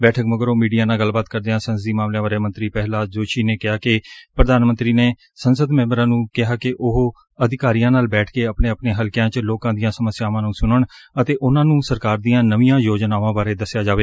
ਬੈਠਕ ਮਗਰੋ ਮੀਡੀਆ ਨਾਲ ਗੱਲਬਾਤ ਕਰਦਿਆਂ ਸੰਸਦੀ ਮਾਮਲਿਆਂ ਬਾਰੇ ਮੰਡਰੀ ਪ੍ਰਹਿਲਾਦ ਜੋਸ਼ੀ ਨੇ ਕਿਹਾ ਕਿ ਪੂਧਾਨ ਮੰਤਰੀ ਨੇ ਸੰਸਦ ਮੈਬਰਾਂ ਨੂੰ ਕਿਹਾ ਕਿ ਉਹ ਅਧਿਕਾਰੀਆਂ ਨਾਲ ਬੈਠ ਕੇ ਆਪਣੇ ਆਪਣੇ ਹਲਕਿਆਂ ਚ ਲੋਕਾਂ ਦੀਆਂ ਸਮੱਸਿਆਵਾਂ ਨੂੰ ਸੁਣਨ ਅਤੇ ਉਨ੍ਹਾਂ ਨੂੰ ਸਰਕਾਰ ਦੀਆ ਨਵੀਆਂ ਯੋਜਨਾਵਾਂ ਬਾਰੇ ਦਸਿਆ ਜਾਵੇ